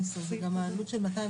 נעשה